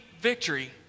victory